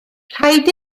rhaid